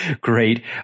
great